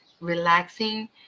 relaxing